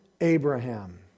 Abraham